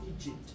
Egypt